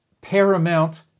paramount